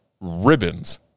ribbons